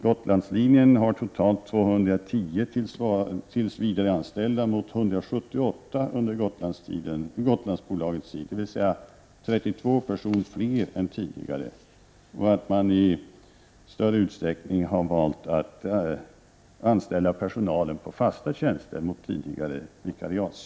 Gotlandslinjen har totalt 210 tillsvidareanställda mot 178 under Gotlandsbolagets tid, dvs. 32 personer fler än tidigare. Vidare har man valt att i större utsträckning anställa personal på fasta tjänster i stället för som tidigare på vikariat.